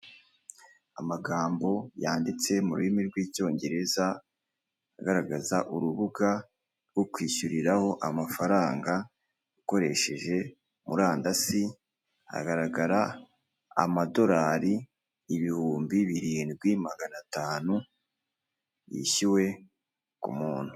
Amagambo yanditse mu rurimi rw'icyongereza agaragaza urubuga rwo kwishyuriraho amafaranga ukoresheje murandasi, agaragara amadolari ibihumbi birindwi magana atanu yishyuwe ku muntu.